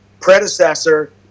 predecessor